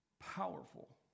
powerful